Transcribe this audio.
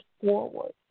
forward